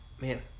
Man